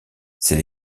c’est